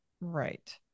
right